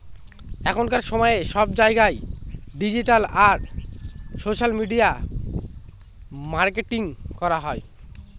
এখনকার সময়ে সব জায়গায় ডিজিটাল আর সোশ্যাল মিডিয়া মার্কেটিং করা হয়